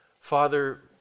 Father